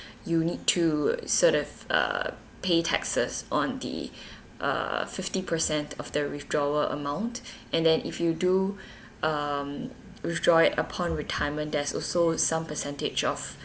you need to sort of uh pay taxes on the uh fifty percent of the withdrawal amount and then if you do um withdraw it upon retirement there's also some percentage of